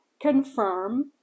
confirm